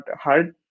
hard